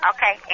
Okay